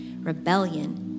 Rebellion